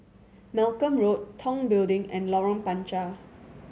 Malcolm Road Tong Building and Lorong Panchar